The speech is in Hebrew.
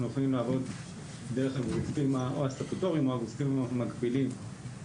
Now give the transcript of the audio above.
יכולים לעבוד דרך הגופים הסטטוטוריים או הגופים המקבילים,